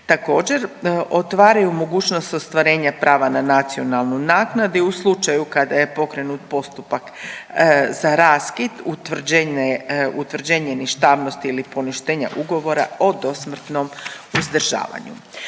Također otvaraju mogućnost ostvarenja prava na nacionalnu naknadu i u slučaju kada je pokrenut postupak za raskid utvrđenje ništavnosti ili poništenja ugovora o dosmrtnom uzdržavanju.